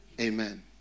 Amen